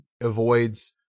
avoids